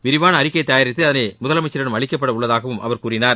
விரிவான அறிக்கை தயாரித்து அதனை முதலமைச்சரிடம் அளிக்கப்பட உள்ளதாகவும் அவர் கூறினார்